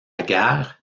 guerre